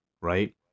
right